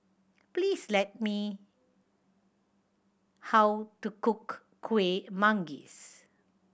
please let me how to cook Kuih Manggis